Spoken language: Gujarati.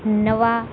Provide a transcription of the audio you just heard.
નવા